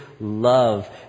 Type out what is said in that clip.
love